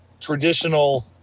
traditional